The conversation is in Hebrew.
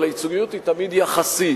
אבל הייצוגיות היא תמיד יחסית.